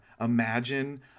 imagine